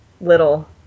little